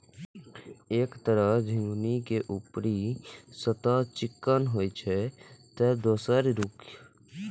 एक तरह झिंगुनी के ऊपरी सतह चिक्कन होइ छै, ते दोसर के रूख